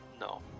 No